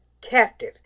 captive